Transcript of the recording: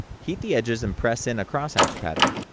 heat the edges and press in a crosshatch pattern,